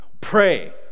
pray